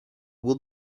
will